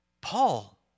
Paul